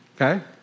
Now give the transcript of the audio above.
Okay